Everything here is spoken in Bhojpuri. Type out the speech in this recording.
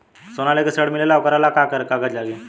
सोना लेके ऋण मिलेला वोकरा ला का कागज लागी?